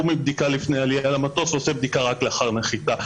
מבדיקה לפני העלייה למטוס אלא עושה בדיקה רק לאחר הנחיתה.